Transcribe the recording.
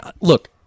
look